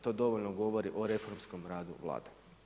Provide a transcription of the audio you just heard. To dovoljno govori o reformskom radu Vlade.